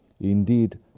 Indeed